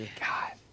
God